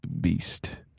beast